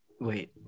wait